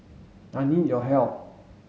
I need your help